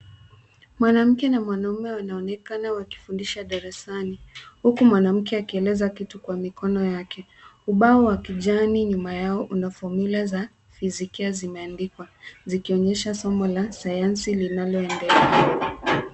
Mwanamke na mwanamume wanaonekana wakifundisha darasani huku mwanamke akieleza kitu kwa mikono yake. Ubao wa kijani nyuma yao una fomula za fizikia zimeandikwa zikionyesha somo la sayansi linaloendelea.